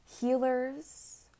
Healers